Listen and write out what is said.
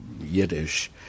Yiddish